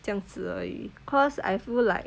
这样子而已 because I feel like